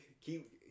Keep